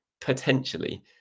potentially